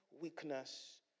weakness